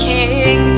King